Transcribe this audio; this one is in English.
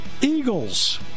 Eagles